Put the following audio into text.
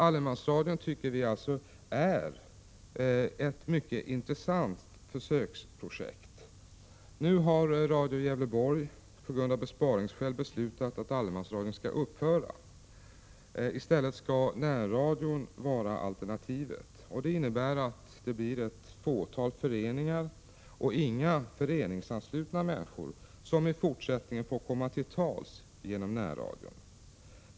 Allemansradion tycker vi alltså är ett mycket intressant försöksprojekt. Nu har Radio Gävleborg av besparingsskäl beslutat att allemansradion skall upphöra. I stället skall närradion vara alternativet. Det innebär att det blir ett fåtal föreningar och inga föreningsanslutna människor som i fortsättningen får komma till tals genom närradion.